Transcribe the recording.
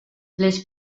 les